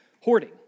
hoarding